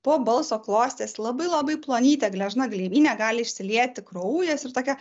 po balso klostės labai labai plonytė gležna gleivinė gali išsilieti kraujas ir tokia